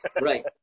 Right